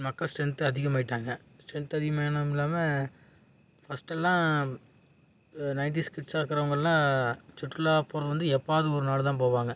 மக்கள் ஸ்ட்ரென்த்து அதிகமாகிட்டாங்க ஸ்ட்ரென்த்து அதிகமானதுமில்லாமல் ஃபஸ்ட்டெல்லாம் நைன்ட்டீஸ் கிட்ஸாக இருக்கிறவங்கள்லாம் சுற்றுலா போகிறது வந்து எப்பாேவது ஒரு நாள் தான் போவாங்க